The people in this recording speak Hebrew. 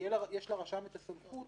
שיש לרשם סמכות